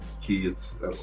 kids